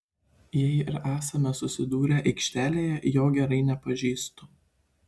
jei ir esame susidūrę aikštelėje jo gerai nepažįstu